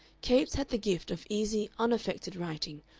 capes had the gift of easy, unaffected writing,